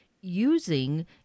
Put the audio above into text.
using